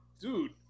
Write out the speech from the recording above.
dude